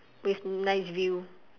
with nice view